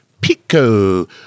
Pico